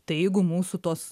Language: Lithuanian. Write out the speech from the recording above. tai jeigu mūsų tos